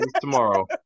tomorrow